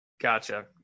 Gotcha